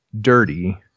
dirty